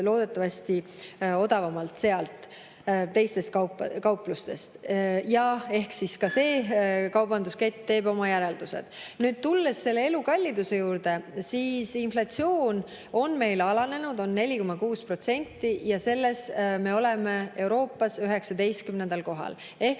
loodetavasti odavamalt teisest kauplusest. Ehk siis ka see kaubanduskett teeb oma järeldused. Tulles elukalliduse juurde, siis inflatsioon on meil alanenud, on 4,6%, ja selle poolest me oleme Euroopas 19. kohal. Ehk